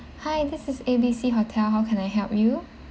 hi this is A B C hotel how can I help you